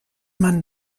man